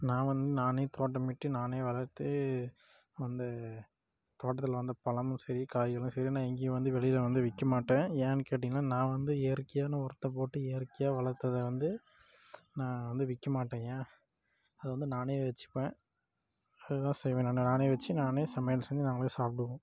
நான் வந்து நானே தோட்டமிட்டு நானே வளர்த்து வந்து தோட்டத்தில் வந்து பழமும் சரி காய்களும் சரி நான் எங்கேயும் வந்து வெளியில் வந்து விற்க மாட்டேன் ஏன்னு கேட்டீங்கன்னால் நான் வந்து இயற்கையான உரத்தை போட்டு இயற்கையாக வளர்த்தத வந்து நான் வந்து விற்கமாட்டேன் ஏன் அது வந்து நானே வச்சுப்பேன் அதுதான் செய்வேன் நான் நானே வச்சு நானே சமையல் செஞ்சு நாங்களே சாப்பிடுவோம்